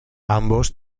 ambos